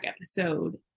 episode